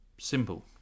Simple